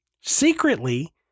Secretly